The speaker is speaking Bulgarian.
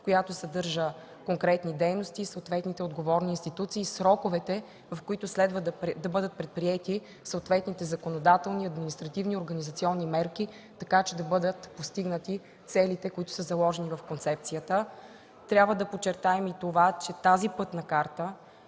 съдържаща конкретни дейности и съответните отговорни институции, сроковете, в които следва да бъдат предприети съответните законодателни, административни, организационни мерки, така че да бъдат постигнати целите, заложени в концепцията. Трябва да подчертаем и това, че тази Пътна карта